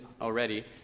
already